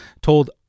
told